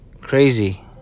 crazy